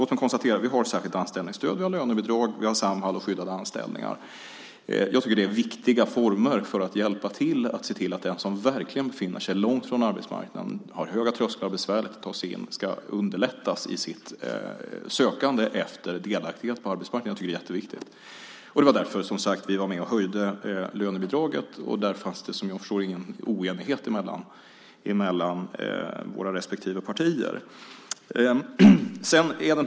Låt mig konstatera att vi har särskilt anställningsstöd, lönebidrag, Samhall och skyddade anställningar. Jag tycker att det är viktiga former för att underlätta sökandet efter delaktighet på arbetsmarknaden för den som verkligen befinner sig långt från arbetsmarknaden, har höga trösklar och besvärligt att ta sig in. Det var som sagt därför vi var med och höjde lönebidraget, och där fanns det, vad jag förstår, ingen oenighet mellan våra respektive partier.